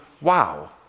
wow